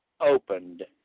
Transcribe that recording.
opened